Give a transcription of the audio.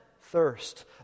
thirst